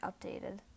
updated